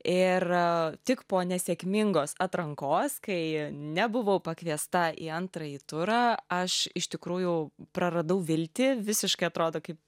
ir tik po nesėkmingos atrankos kai nebuvau pakviesta į antrąjį turą aš iš tikrųjų praradau viltį visiškai atrodo kaip